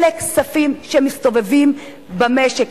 אלה כספים שמסתובבים במשק,